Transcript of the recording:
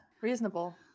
reasonable